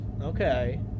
Okay